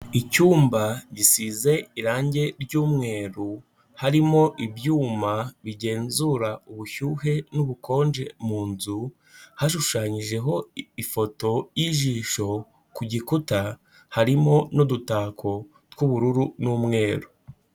Icyumba gisize irangi ry'umweru, harimo ibyuma bigenzura ubushyuhe n'ubukonje mu nzu, hashushanyijeho ifoto y'ijisho ku gikuta, harimo n'udutako tw'ubururu n'umweru.